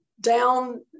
down